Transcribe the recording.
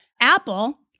Apple